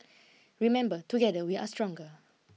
remember together we are stronger